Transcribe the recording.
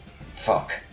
fuck